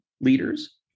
leaders